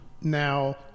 Now